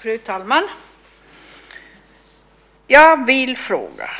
Fru talman! Jag vill fråga: